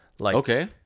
Okay